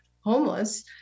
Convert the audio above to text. homeless